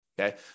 Okay